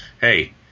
hey